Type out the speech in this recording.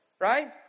right